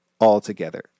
altogether